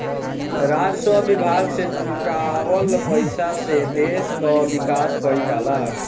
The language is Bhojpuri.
राजस्व विभाग से जुटावल पईसा से देस कअ विकास कईल जाला